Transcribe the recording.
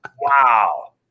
Wow